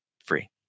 free